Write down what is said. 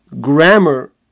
grammar